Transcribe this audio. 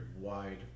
wide